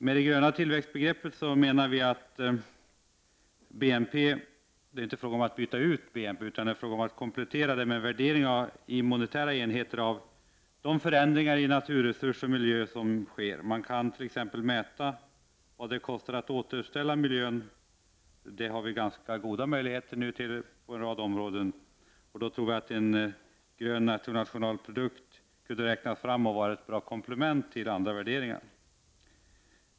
Med det gröna tillväxtbegreppet menar vi i centern inte att det är meningen att byta ut BNP, utan meningen är att komplettera det med en värdering i monetära enheter av de förändringar i naturresurser och miljö som sker. Man kan t.ex. mäta vad det kostar att återställa miljön. Vi har ganska goda möjligheter till det på en rad områden. Jag tror att en grön nettonationalprodukt kan räknas fram och vara ett bra komplement till andra värderingar.